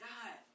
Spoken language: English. God